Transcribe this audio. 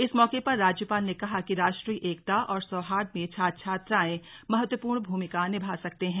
इस मौके पर राज्यपाल ने कहा कि राष्ट्रीय एकता और सौहार्द में छात्र छात्राएं महत्वपूर्ण भूमिका निभा सकते हैं